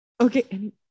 Okay